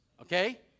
okay